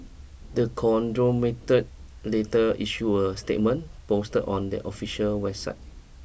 the conglomeratelater issued a statement posted on their official website